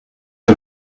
get